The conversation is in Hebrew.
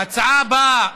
ההצעה הבאה,